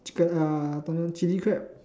chicken uh Tom-Yum chili crab